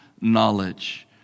knowledge